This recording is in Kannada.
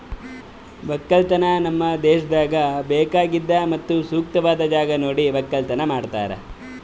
ಒಕ್ಕಲತನ ನಮ್ ದೇಶದಾಗ್ ಬೇಕಾಗಿದ್ ಮತ್ತ ಸೂಕ್ತವಾದ್ ಜಾಗ ನೋಡಿ ಒಕ್ಕಲತನ ಮಾಡ್ತಾರ್